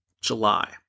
July